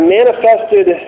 manifested